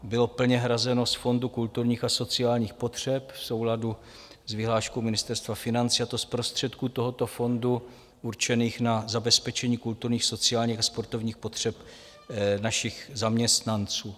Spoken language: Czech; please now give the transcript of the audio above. Bylo plně hrazeno z Fondu kulturních a sociálních potřeb v souladu s vyhláškou Ministerstva financí, a to z prostředků tohoto fondu určených na zabezpečení kulturních, sociálních a sportovních potřeb našich zaměstnanců.